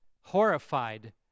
horrified